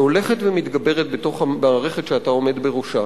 שהולכת ומתגברת במערכת שאתה עומד בראשה,